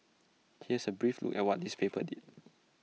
here's A brief look at what these papers did